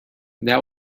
that